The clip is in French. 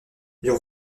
ils